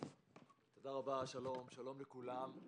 שלום לכולם.